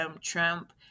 trump